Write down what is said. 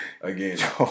again